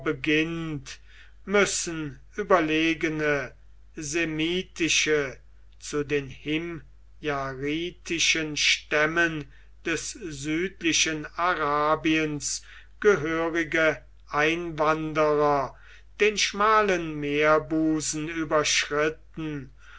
beginnt müssen überlegene semitische zu den himjaritischen stämmen des südlichen arabiens gehörige einwanderer den schmalen meerbusen überschritten